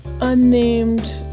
unnamed